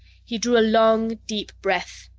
he drew a long, deep breath.